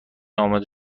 آماده